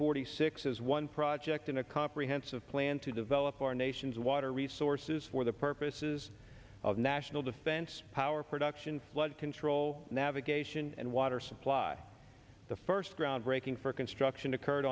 hundred six as one project in a comprehensive plan to develop our nation's water resources for the purposes of national defense power production flood control navigation and water supply the first groundbreaking for construction occurred